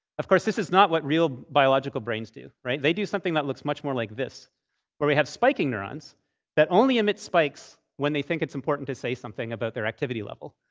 of course, this is not what real biological brains do, right? they do something that looks much more like this where we have spiking neurons that only emit spikes when they think it's important to say something about their activity level.